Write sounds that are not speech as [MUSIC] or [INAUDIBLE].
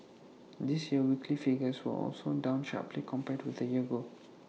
this year's weekly figures were also down sharply [NOISE] compared with A year ago